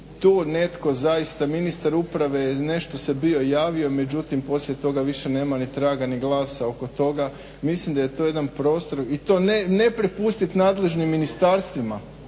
Tu netko zaista ministar uprave nešto se bio javio međutim poslije toga više nema ni traga ni glasa oko toga. Mislim da je to jedan prostor i to ne prepustiti nadležnim ministarstvima,